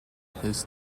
his